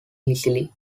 easily